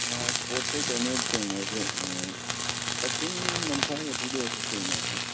ꯏꯁꯄꯣꯠꯁꯦ ꯀꯩꯅꯣ ꯊꯦꯡꯅꯁꯦ ꯀꯛꯆꯤꯡ ꯂꯝꯈꯥꯏ ꯑꯗꯨꯗ ꯑꯣꯏꯔꯁꯨ ꯊꯦꯡꯅꯔꯁꯦ